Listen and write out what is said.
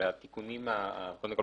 קודם כול,